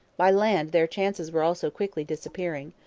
by land their chances were also quickly disappearing.